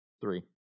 Three